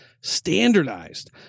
standardized